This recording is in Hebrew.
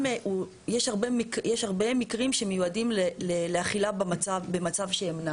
יש הרבה מקרים שמיועדים לאכילה במצב שהם נע